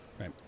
Right